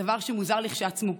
דבר מוזר כשלעצמו.